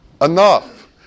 enough